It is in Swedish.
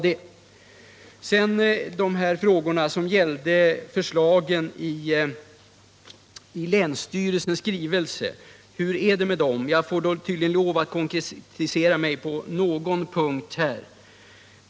Sedan till frågorna som gäller förslagen i länsstyrelsens skrivelse. Jag får tydligen lov att konkretisera mig på en punkt.